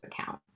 account